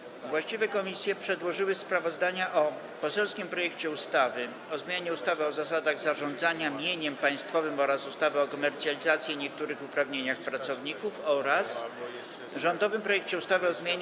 Właściwe komisje przedłożyły sprawozdania o: - poselskim projekcie ustawy o zmianie ustawy o zasadach zarządzania mieniem państwowym oraz ustawy o komercjalizacji i niektórych uprawnieniach pracowników, - rządowym projekcie ustawy o zmianie